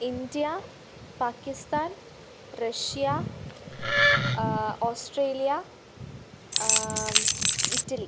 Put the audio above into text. India Pakistan Russia Australia Italy